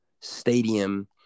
stadium